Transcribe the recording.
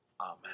Amen